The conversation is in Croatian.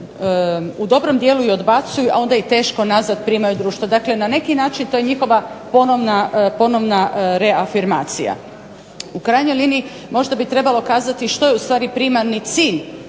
u dobrom dijelu i odbacuju, a onda ih teško nazad primaju u društvo. Dakle na neki način to je njihova ponovna reafirmacija. U krajnjoj liniji možda bi trebalo kazati što je ustvari primarni cilj,